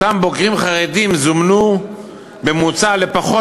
אותם בוגרים חרדים זומנו בממוצע לפחות